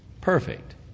Perfect